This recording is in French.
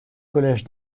collège